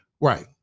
Right